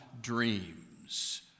dreams